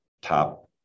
top